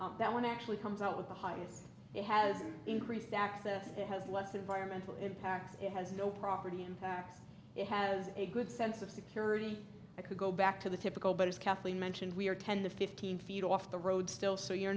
ones that one actually comes out with the highlands it has increased access it has less environmental impacts it has no property impacts it has a good sense of security i could go back to the typical but as kathleen mentioned we are ten to fifteen feet off the road still so you're